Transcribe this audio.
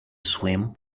swim